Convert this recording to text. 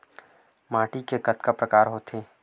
माटी के कतका प्रकार होथे?